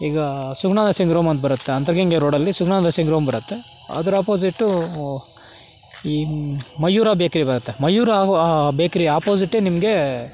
ಈಗ Suguna nursing home ಅಂತ ಬರತ್ತೆ ಅಂತರಗಂಗೆ ರೋಡಲ್ಲಿ ಸುಗುಣ ನರ್ಸಿಂಗ್ ಹೋಂ ಬರುತ್ತೆ ಅದರ ಅಪೋಸಿಟ್ಟು ಈ ಮಯೂರ ಬೇಕರಿ ಬರತ್ತೆ ಮಯೂರ ಬೇಕರಿ ಅಪೋಸಿಟ್ಟೆ ನಿಮಗೆ